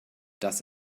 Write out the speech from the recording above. das